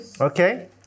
Okay